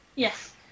Yes